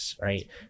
Right